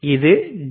இது டி